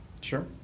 Sure